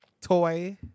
toy